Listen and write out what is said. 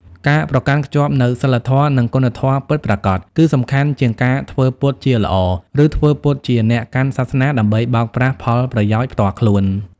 ការប្រកាន់ខ្ជាប់នូវសីលធម៌ និងគុណធម៌ពិតប្រាកដ គឺសំខាន់ជាងការធ្វើពុតជាល្អ ឬធ្វើពុតជាអ្នកកាន់សាសនាដើម្បីបោកប្រាស់ផលប្រយោជន៍ផ្ទាល់ខ្លួន។